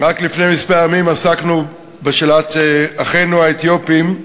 רק לפני ימים מספר עסקנו בשאלת אחינו בני העדה האתיופית,